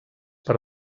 per